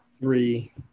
Three